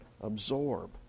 absorb